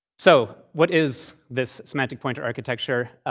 so what is this semantic pointer architecture?